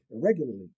irregularly